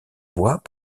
bois